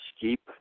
keep